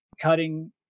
cutting